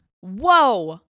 Whoa